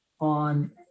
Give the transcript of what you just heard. on